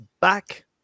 back